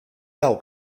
wel